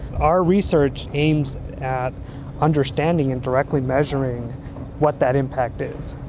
our research aims at understanding and directly measuring what that impact is.